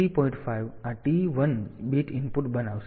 5 આ T 1 bit input બનાવશે